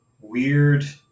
weird